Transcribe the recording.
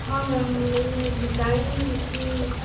ହଁ ମ୍ୟାମ୍ ବୋଲେ ଡ଼ିଜାଇନ୍